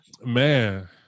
man